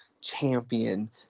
champion